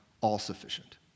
all-sufficient